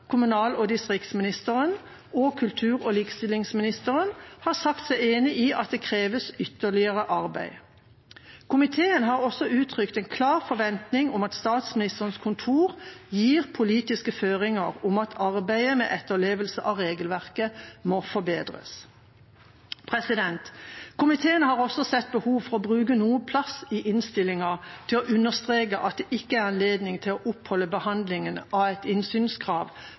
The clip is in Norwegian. kommunal- og distriktsministeren og kultur- og likestillingsministeren har sagt seg enig i at det kreves ytterligere arbeid. Komiteen har også uttrykt en klar forventning om at Statsministerens kontor gir politiske føringer om at arbeidet med etterlevelse av regelverket må forbedres. Komiteen har også sett behov for å bruke noe plass i innstillingen til å understreke at det ikke er anledning til å oppholde behandlingen av et innsynskrav